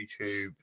YouTube